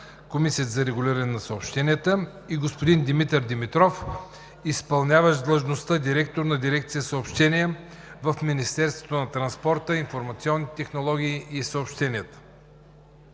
Комисията за регулиране на съобщенията, и господин Димитър Димитров – изпълняващ длъжността „директор“ на дирекция „Съобщения“ в Министерството на транспорта, информационните технологии и съобщенията.